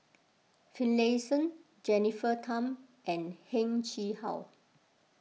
Finlayson Jennifer Tham and Heng Chee How